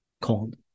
called